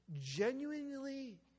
Genuinely